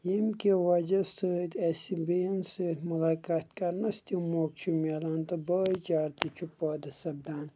ییٚمہِ کہِ وجہہ سۭتۍ اَسہِ بیٚین سۭتۍ مُلاقات کرنَس تہِ موقعہٕ چھُ مِلان تہٕ بٲۍ چارٕ تہِ چھُ سپدان